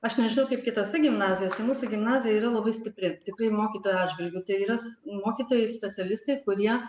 aš nežinau kaip kitose gimnazijose mūsų gimnazija yra labai stipri tikrai mokytojų atžvilgiu tai yra s mokytojai specialistai kurie